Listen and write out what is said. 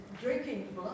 Drinking